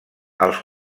als